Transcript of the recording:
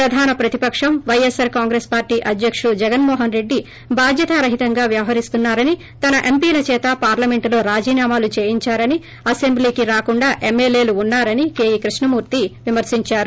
ప్రధాన ప్రతిపక్షం వైఎస్సార్ కాంగ్రెస్ పార్టీ అధ్యకుడు జగన్మో హనరెడ్డి బాధ్యతారహితంగా వ్యవహరిస్తున్నారని తన ఎంపీల చేత పార్లమెంట్ లో రాజీనామాలు చేయించారని అసెంబ్లికి రాకుండా ఎమ్మెల్యేలు ఉన్నా రని కేయూ కృష్ణమూర్తి విమర్పించారు